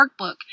workbook